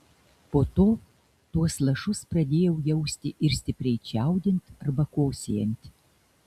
po to tuos lašus pradėjau jausti ir stipriai čiaudint arba kosėjant